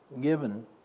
given